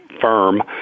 firm